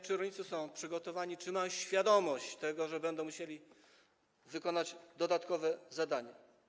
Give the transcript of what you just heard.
Czy rolnicy są przygotowani, czy mają świadomość tego, że będą musieli wykonać dodatkowe zadanie?